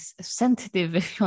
sensitive